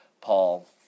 Paul